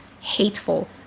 hateful